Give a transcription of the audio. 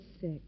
sick